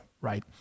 right